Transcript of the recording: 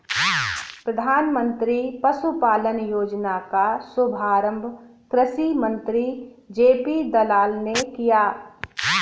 प्रधानमंत्री पशुपालन योजना का शुभारंभ कृषि मंत्री जे.पी दलाल ने किया